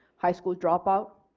high school dropout,